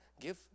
Give